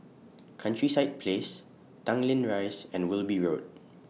Countryside Place Tanglin Rise and Wilby Road